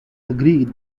agreed